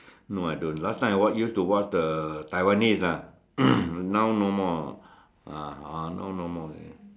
no I don't last time I watch used to watch the Taiwanese ah now no more ah now no more already